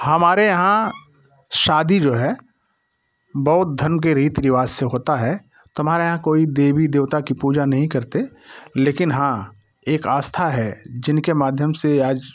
हमारे यहाँ शादी जो है बहुत धर्म के रीति रीवाज से होता है तो हमारे यहाँ कोई देवी देवता की पूजा नहीं करते लेकिन हाँ एक आस्था है जिनके माध्यम से आज